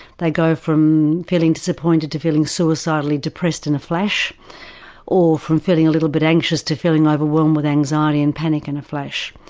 they go from feeling disappointed to feeling suicidally depressed in a flash or from feeling a little bit anxious to feeling overwhelmed with anxiety and panic in a flash.